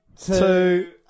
two